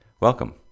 Welcome